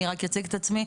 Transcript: אני רק אציג את עצמי,